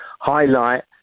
highlight